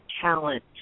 talent